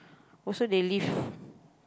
also they live